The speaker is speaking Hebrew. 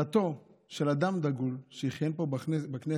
כלתו של אדם דגול, שכיהן פה בכנסת,